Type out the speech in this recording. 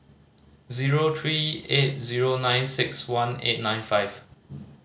zero three eight zero nine six one eight nine five